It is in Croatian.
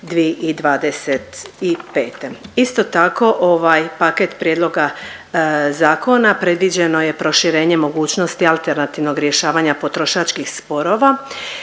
Isto tako paket prijedloga zakona predviđeno je proširenje mogućnosti alternativnog rješavanja potrošačkih sporova